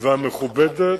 והמכובדת